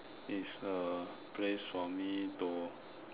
it's a place for me to